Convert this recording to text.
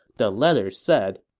the letter said,